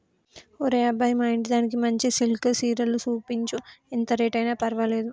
ఒరే అబ్బాయి మా ఇంటిదానికి మంచి సిల్కె సీరలు సూపించు, ఎంత రేట్ అయిన పర్వాలేదు